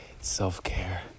self-care